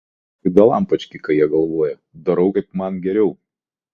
man visiškai dalampački ką jie galvoja darau kaip man geriau